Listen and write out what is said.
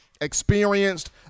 experienced